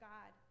God